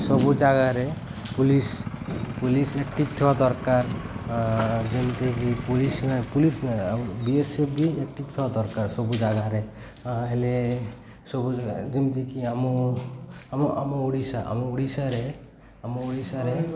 ସବୁ ଜାଗାରେ police police active ଥିବା ଦରକାର ଯେମିତିକି ପୁଲିସ ନା ପୁଲିସ ନ ବିଏସ୍ଏଫ ବି ଏକ୍ଟିଭ୍ ଥିବା ଦରକାର ସବୁ ଜାଗାରେ ହେଲେ ସବୁ ଯେମିତିକି ଆମ ଆମ ଆମ ଓଡ଼ିଶା ଆମ ଓଡ଼ିଶାରେ ଆମ ଓଡ଼ିଶାରେ